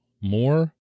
more